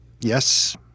yes